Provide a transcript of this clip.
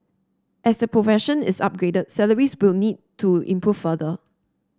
as the profession is upgraded salaries will need to improve further